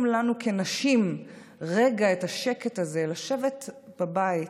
לנו כנשים רגע את השקט הזה לשבת בבית,